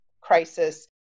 crisis